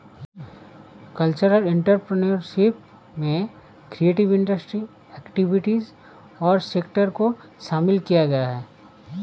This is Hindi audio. कल्चरल एंटरप्रेन्योरशिप में क्रिएटिव इंडस्ट्री एक्टिविटीज और सेक्टर को शामिल किया गया है